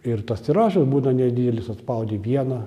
ir tas tiražas būna nedidelis atspaudi vieną